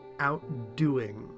outdoing